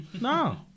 No